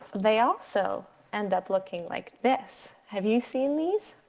they also end up looking like this. have you seen these?